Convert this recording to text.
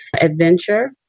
Adventure